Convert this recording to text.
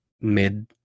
mid